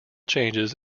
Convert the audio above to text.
changes